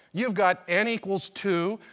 you've got n equals two,